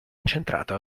incentrato